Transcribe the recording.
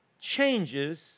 changes